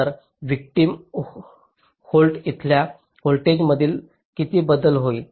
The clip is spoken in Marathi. तर व्हिक्टिम व्होल्ट इथल्या व्होल्टेजमध्ये किती बदल होईल